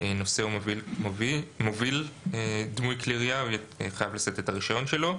נושא או מוביל דמוי כלי ירייה וחייב לשאת את הרישיון שלו.